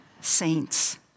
saints